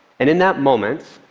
and in that moment,